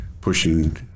pushing